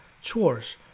chores